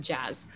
Jazz